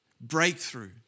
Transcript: breakthrough